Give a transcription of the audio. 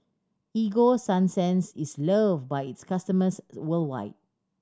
Ego Sunsense is loved by its customers worldwide